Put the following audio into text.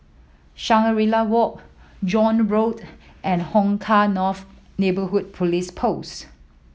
Shangri La Walk John Road and Hong Kah North Neighbourhood Police Post